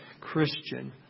Christian